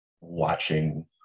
watching